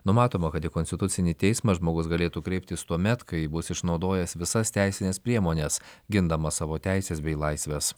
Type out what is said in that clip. numatoma kad į konstitucinį teismą žmogus galėtų kreiptis tuomet kai bus išnaudojęs visas teisines priemones gindamas savo teises bei laisves